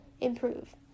improve